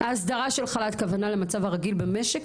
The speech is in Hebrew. ההסדרה של חל"ת כוונה למצב הרגיל במשק,